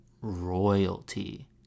royalty